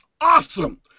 awesome